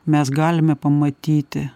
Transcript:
mes galime pamatyti